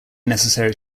necessary